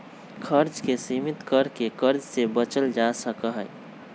खर्च के सीमित कर के कर्ज से बचल जा सका हई